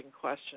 question